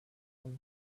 was